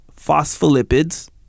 phospholipids